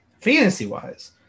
Fantasy-wise